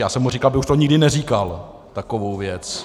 Já jsem mu říkal, aby už to nikdy neříkal, takovou věc!